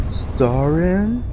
starring